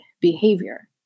behavior